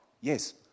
Yes